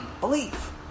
Belief